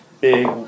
big